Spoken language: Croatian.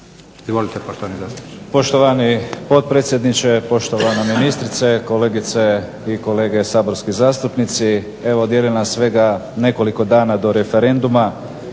Izvolite poštovani zastupniče.